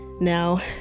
Now